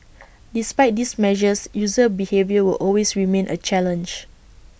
despite these measures user behaviour will always remain A challenge